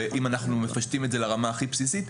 אם אנחנו מפשטים את זה לרמה הכי בסיסית.